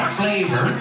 flavor